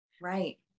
right